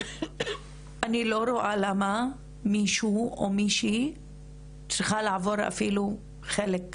אני לא רואה למה מישהו או מישהי צריכה לעבור אפילו חלק מזה.